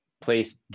place